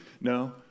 no